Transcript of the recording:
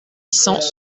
cents